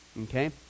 Okay